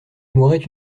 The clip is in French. mourait